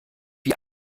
wie